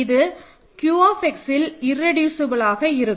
இது Qxஇல் இர்ரெடியூசபல்லாக இருக்கும்